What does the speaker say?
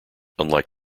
unlike